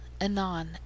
Anon